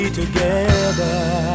together